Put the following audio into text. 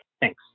Thanks